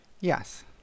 Yes